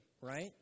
Right